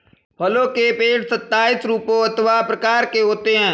फलों के पेड़ सताइस रूपों अथवा प्रकार के होते हैं